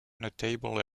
notable